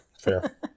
fair